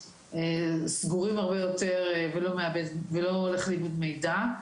סגורים הרבה יותר ולא הולך לאיבוד מידע.